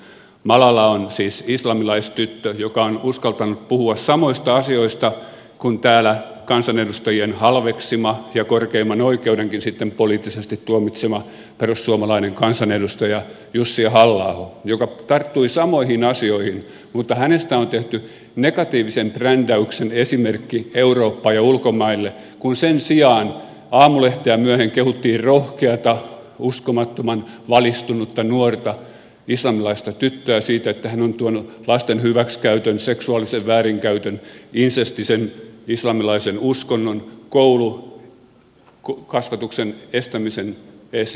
malala on siis islamilaistyttö joka on uskaltanut puhua samoista asioista kuin täällä kansanedustajien halveksima ja korkeimman oikeudenkin sitten poliittisesti tuomitsema perussuomalainen kansanedustaja jussi halla aho joka tarttui samoihin asioihin mutta hänestä on tehty negatiivisen brändäyksen esimerkki eurooppaan ja ulkomaille kun sen sijaan aamulehteä myöten kehuttiin rohkeata uskomattoman valistunutta nuorta islamilaista tyttöä siitä että hän on tuonut lasten hyväksikäytön seksuaalisen väärinkäytön insestisen islamilaisen uskonnon koulukasvatuksen estämisen esiin